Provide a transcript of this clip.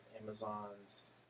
Amazon's